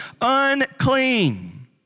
unclean